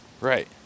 Right